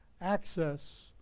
access